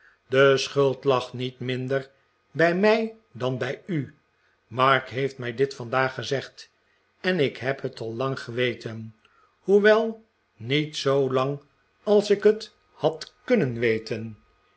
de schuld lag niet minder bij mij dan bij u mark heeft mij dit vandaag gezegd en ik heb het al lang geweten hoewel niet zoolang als ik het had kunnen weten